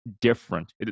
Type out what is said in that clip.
different